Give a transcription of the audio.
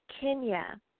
Kenya